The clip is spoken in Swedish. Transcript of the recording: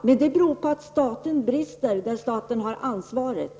Men det beror alltså på att staten brister där staten har ansvaret.